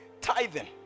tithing